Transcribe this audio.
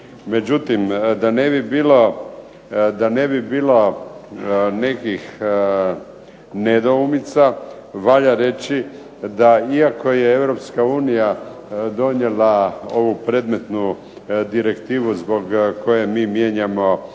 Međutim, da ne bi bilo nekih nedoumica valja reći da iako je EU donijela ovu predmetnu direktivu zbog koje mi mijenjamo